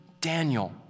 Daniel